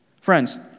Friends